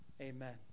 amen